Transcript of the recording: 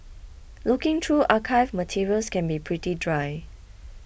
looking through archived materials can be pretty dry